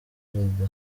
perezida